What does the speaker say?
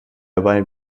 dabei